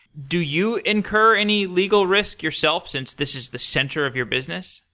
do you incur any legal risk yourself since this is the center of your business?